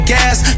gas